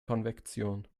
konvektion